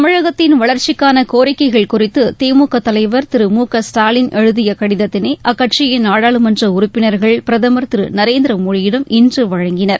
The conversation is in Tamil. தமிழகத்தின் வளர்ச்சிக்கான கோரிக்கைகள் குறித்து திமுக தலைவர் திரு முகஸ்டாலின் எழுதிய க்டிதத்தினை அக்கட்சியின் நாடாளுமன்ற உறுப்பினர்கள் பிரதமர் திரு நரேந்திர மோடியிடம் இன்று வழங்கினர்